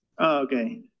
okay